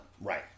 Right